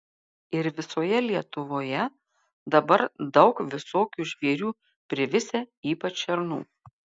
ir visoje lietuvoje dabar daug visokių žvėrių privisę ypač šernų